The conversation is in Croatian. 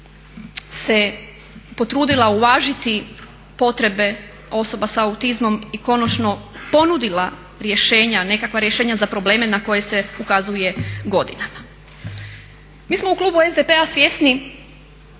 se potrudila uvažiti potrebe osoba s autizmom i konačno ponudila rješenja, nekakva rješenja za probleme na koje se ukazuje godinama. Mi smo u klubu SDP-a svjesni